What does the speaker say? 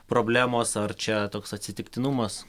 problemos ar čia toks atsitiktinumas